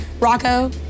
Rocco